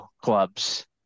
clubs